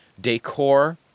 decor